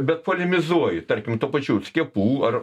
bet polemizuoju tarkim tų pačių skiepų ar